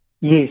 Yes